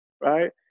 right